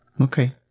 Okay